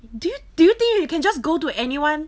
did you did you think you can just go to anyone